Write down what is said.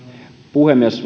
puhemies